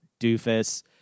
doofus